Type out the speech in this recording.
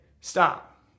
stop